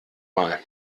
mal